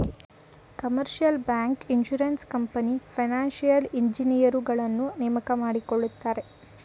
commercial bank, insurance company, financial ಇಂಜಿನಿಯರುಗಳನ್ನು ನೇಮಕ ಮಾಡಿಕೊಳ್ಳುತ್ತಾರೆ